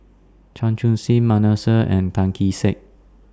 Chan Chun Sing Manasseh and Tan Kee Sek